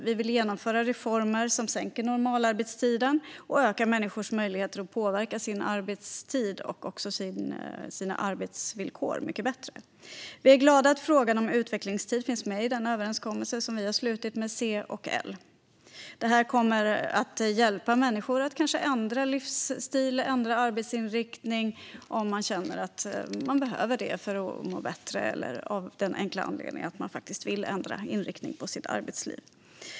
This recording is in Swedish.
Vi vill genomföra reformer som sänker normalarbetstiden och ökar människors möjligheter att påverka sin arbetstid och sina arbetsvillkor. Vi är glada att frågan om utvecklingstid finns med i den överenskommelse som vi har slutit med C och L. Det kommer att hjälpa människor att kanske ändra livsstil och arbetsinriktning, om man känner att man behöver det för att må bättre eller av den enkla anledningen att man vill ändra inriktning på sitt arbetsliv.